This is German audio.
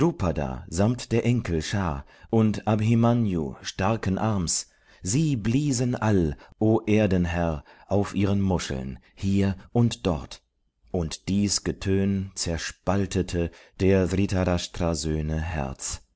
samt der enkel schar und abhimanyu starken arms sie bliesen all o erdenherr auf ihren muscheln hier und dort und dies getön zerspaltete der dhritarshtra söhne herz